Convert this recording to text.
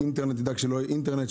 תדאג שלא יהיה בו אינטרנט,